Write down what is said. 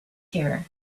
here